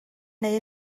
neu